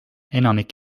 enamik